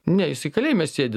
ne jisai į kalėjime sėdi